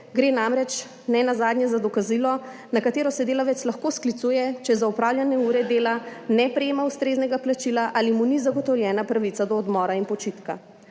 gre namreč nenazadnje za dokazilo, na katero se delavec lahko sklicuje, če za opravljene ure dela ne prejema ustreznega plačila ali mu ni zagotovljena pravica do odmora in počitka.